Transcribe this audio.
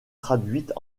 traduites